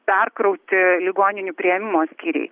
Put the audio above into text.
perkrauti ligoninių priėmimo skyriai